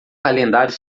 calendário